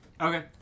Okay